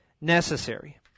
necessary